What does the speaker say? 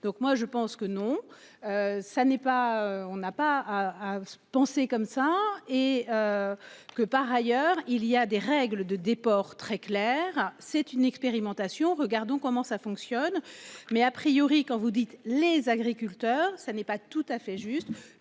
Donc moi je pense que non. Ça n'est pas on n'a pas à se penser comme ça et. Que par ailleurs il y a des règles de déport très clair, c'est une expérimentation, regardons comment ça fonctionne. Mais a priori, quand vous dites les agriculteurs, ça n'est pas tout à fait juste